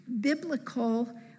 biblical